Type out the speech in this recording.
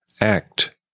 Act